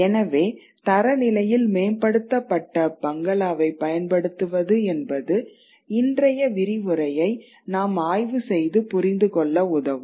எனவே தரநிலையில் மேம்படுத்தப்பட்ட பங்களாவை பயன்படுத்துவது என்பது இன்றைய விரிவுரையை நாம் ஆய்வு செய்து புரிந்துகொள்ள உதவும்